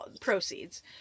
proceeds